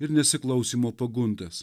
ir nesiklausymo paguntas